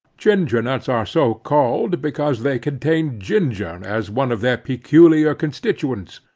ginger-nuts are so called because they contain ginger as one of their peculiar constituents,